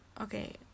okay